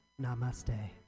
Namaste